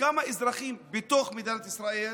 וכמה אזרחים בתוך מדינת ישראל?